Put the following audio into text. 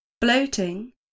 bloating